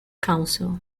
council